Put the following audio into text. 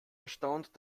erstaunt